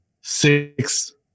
six